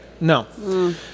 No